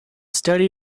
study